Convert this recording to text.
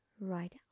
right